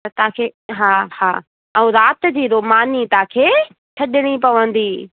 त तव्हांखे हा हा ऐं राति जी रो मानी तव्हांखे छॾिणी पवंदी